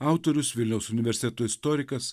autorius vilniaus universiteto istorikas